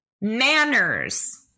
Manners